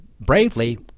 bravely